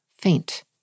faint